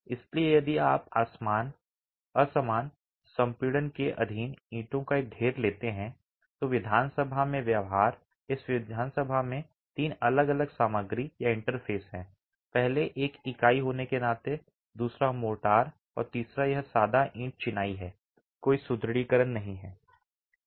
इसलिए यदि आप असमान संपीड़न के अधीन ईंटों का एक ढेर लेते हैं तो विधानसभा में व्यवहार इस विधानसभा में तीन अलग अलग सामग्री या इंटरफेस हैं पहले एक इकाई होने के नाते दूसरा मोर्टार और तीसरा यह सादा ईंट चिनाई है कोई सुदृढीकरण नहीं है